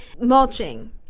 Mulching